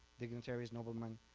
dignitaries, nobleman,